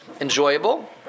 enjoyable